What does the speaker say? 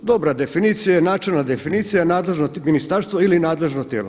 Dobra definicija je načelna definicija, nadležno ministarstvo ili nadležno tijelo.